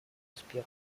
успехом